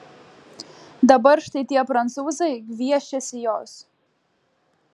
dabar štai tie prancūzai gviešiasi jos